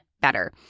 better